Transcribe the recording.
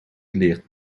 leert